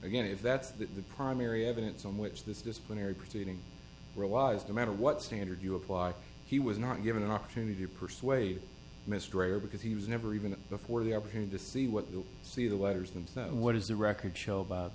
again if that's the primary evidence on which this disciplinary proceeding relies no matter what standard you apply he was not given an opportunity to persuade mr mayor because he was never even before the opportunity to see what you see the letters and what is the record show about